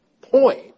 point